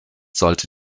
sollte